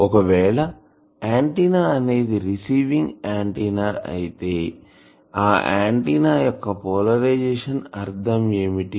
ఒకవేళ ఆంటిన్నా అనేది receiving antenna అయితే ఆ ఆంటిన్నా యొక్క పోలరైజేషన్ అర్ధం ఏమిటి